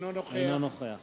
אינו נוכח